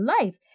life